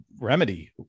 remedy